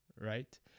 right